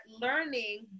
learning